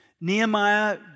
Nehemiah